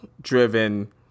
driven